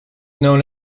known